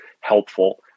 helpful